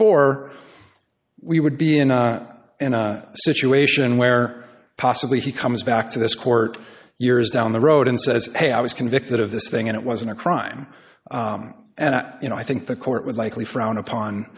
four we would be in a situation where possibly he comes back to this court years down the road and says hey i was convicted of this thing and it wasn't a crime and you know i think the court would likely frown upon